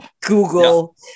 google